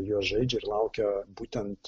jie žaidžia ir laukia būtent